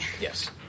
Yes